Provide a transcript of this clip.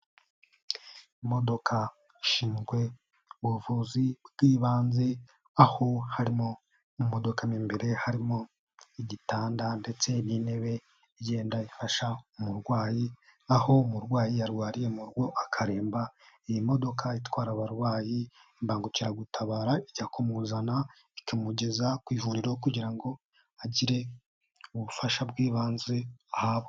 Imodoka ishinzwe ubuvuzi bw'ibanze. Aho harimo mu modoka mo imbere harimo igitanda ndetse n'intebe igenda ifasha umurwayi. Aho umurwayi yarwariye mu rugo akarebamba, iyi modoka itwara abarwayi imbangukiragutabara. Ijya kumuzana, ikamugeza ku ivuriro kugira ngo agire ubufasha bw'ibanze ahabwa.